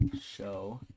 show